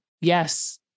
yes